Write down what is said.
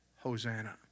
Hosanna